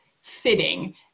fitting